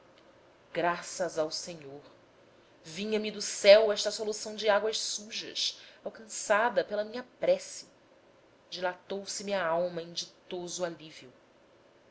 graças ao senhor vinha me do céu esta solução de águas sujas alcançada pela minha prece dilatou se me a alma em ditoso alívio